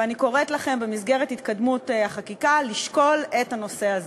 ואני קוראת לכם במסגרת התקדמות החקיקה לשקול את הנושא הזה.